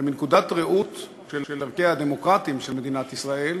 ומנקודת ראות של ערכיה הדמוקרטיים של מדינת ישראל,